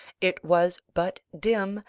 it was but dim,